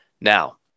Now